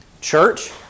church